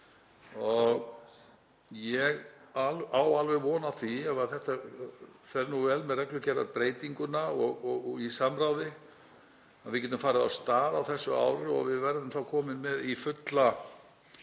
um. Ég á alveg von á því, ef þetta fer nú vel með reglugerðarbreytinguna og samráðið, að við getum farið af stað á þessu ári og við verðum þá komin í fulla